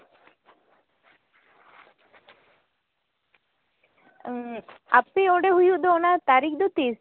ᱟᱯᱮ ᱚᱸᱰᱮ ᱦᱩᱭᱩᱜ ᱫᱚ ᱚᱱᱟ ᱫᱚ ᱛᱟᱨᱤᱠᱷ ᱫᱚ ᱛᱤᱥ